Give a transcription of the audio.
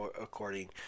according